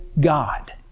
God